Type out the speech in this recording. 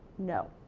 no,